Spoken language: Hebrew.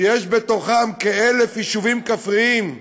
שיש בתוכן כ-1,000 יישובים כפריים,